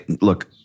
look